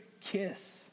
kiss